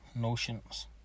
notions